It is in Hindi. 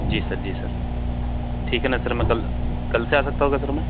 जी सर जी सर ठीक है न सर मैं कल कल से आ सकता हूँ क्या सर मैं